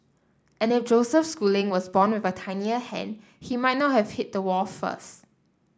and if Joseph Schooling was born with a tinier hand he might not have hit the wall first